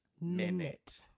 minute